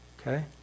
okay